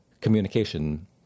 communication